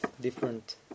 different